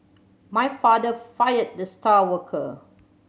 my father fired the star worker